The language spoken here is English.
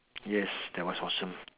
yes that was awesome